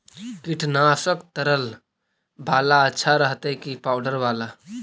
कीटनाशक तरल बाला अच्छा रहतै कि पाउडर बाला?